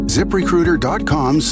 ZipRecruiter.com